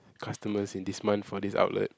customers in this month for this outlet